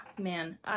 Man